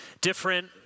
different